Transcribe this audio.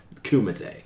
Kumite